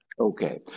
Okay